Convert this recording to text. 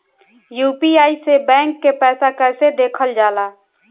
UPI से bank के पैसा कैसे देखल जाला?